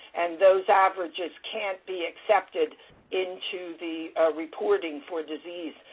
and those averages can't be accepted into the reporting for disease.